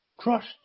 trust